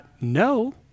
No